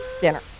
dinner